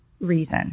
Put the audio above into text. reason